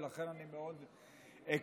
ולכן אני מאוד אקצר.